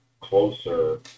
closer